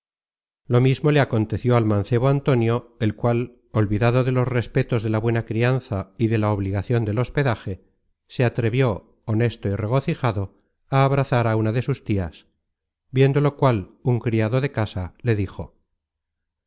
lo mismo le aconteció al mancebo antonio el cual olvidado de los respetos de la buena crianza y de la obligacion del hospedaje se atrevió honesto y regocijado á abrazar á una de sus tias viendo lo cual un criado de casa le dijo